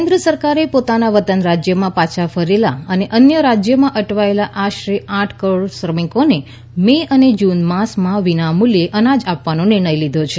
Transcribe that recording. કેન્દ્ર સરકારે પોતાના વતન રાજ્ય પાછા ફરેલા અને અન્ય રાજ્યમાં અટવાયેલા આશરે આઠ કરોડ શ્રમિકોને મે અને જૂન માસમાં વિનામૂલ્યે અનાજ આપવાનો નિર્ણય લીધો છે